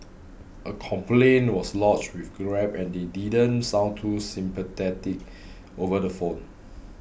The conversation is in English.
a complaint was lodged with Grab and they didn't sound too sympathetic over the phone